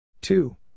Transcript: two